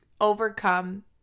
overcome